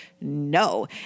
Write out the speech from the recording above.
no